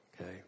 Okay